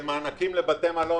אלה מענקים לבתי מלון.